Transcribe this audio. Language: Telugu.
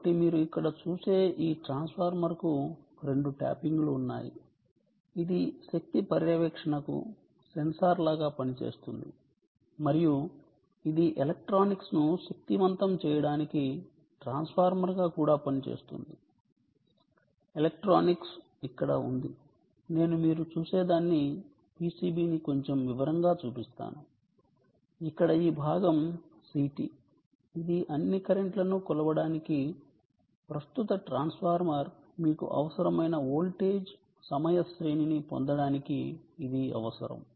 కాబట్టి మీరు ఇక్కడ చూసే ఈ ట్రాన్స్ఫార్మర్కు రెండు ట్యాపింగ్లు ఉన్నాయి ఇది శక్తి పర్యవేక్షణకు సెన్సార్ లాగా పనిచేస్తుంది మరియు ఇది ఎలక్ట్రానిక్స్ను శక్తివంతం చేయడానికి ట్రాన్స్ఫార్మర్గా కూడా పనిచేస్తుంది ఎలక్ట్రానిక్స్ ఇక్కడ ఉంది నేను మీరు చూసేదాన్ని PCB ని కొంచెం వివరంగా చూపిస్తాను ఇక్కడ ఈ భాగం CT ఇది అన్ని కరెంట్లను కొలవడానికి ప్రస్తుత ట్రాన్స్ఫార్మర్ మీకు అవసరమైన వోల్టేజ్ సమయ శ్రేణిని పొందడానికి ఇది అవసరం